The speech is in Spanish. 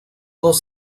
dos